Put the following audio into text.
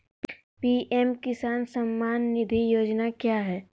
PM Kisan Samman Nidhi Yojana क्या है?